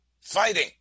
fighting